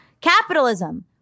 capitalism